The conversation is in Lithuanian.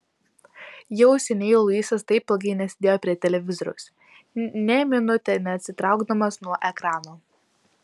jau seniai luisas taip ilgai nesėdėjo prie televizoriaus nė minutei neatsitraukdamas nuo ekrano